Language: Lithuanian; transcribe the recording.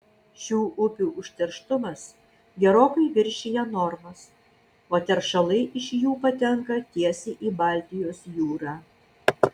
šių upių užterštumas gerokai viršija normas o teršalai iš jų patenka tiesiai į baltijos jūrą